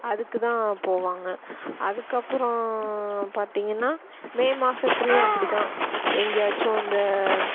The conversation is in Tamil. அதுக்கு தான் போவாங்க அதுக்கப்புறம் பார்த்தீங்கன்னா மே மாதத்துலயும் அப்படிதான் எங்கேயாச்சும் இந்த